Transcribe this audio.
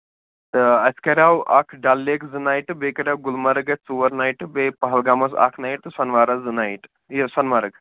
تہٕ اَسہِ کریو اکھ ڈل لیک زٕ نایٹہٕ بیٚیہِ کریو گُلمَرٕگ اَسہِ ژور نایٹہٕ بیٚیہِ پَہلگام حظ اکھ نَیِٹ تہٕ سونہٕ وار حظ زٕ نایِٹ یہِ سونہٕ مَرگ